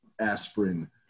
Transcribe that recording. aspirin